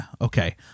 okay